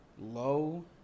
low